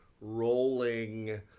rolling